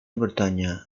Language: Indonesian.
bertanya